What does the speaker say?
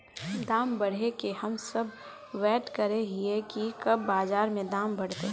दाम बढ़े के हम सब वैट करे हिये की कब बाजार में दाम बढ़ते?